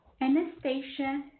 Anastasia